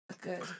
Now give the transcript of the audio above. Good